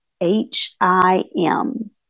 H-I-M